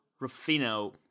Ruffino